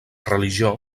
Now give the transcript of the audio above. religió